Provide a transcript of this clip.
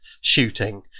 shooting